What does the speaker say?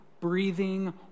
breathing